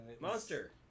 Monster